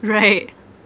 right